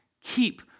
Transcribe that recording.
Keep